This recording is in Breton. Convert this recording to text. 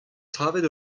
savet